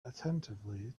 attentively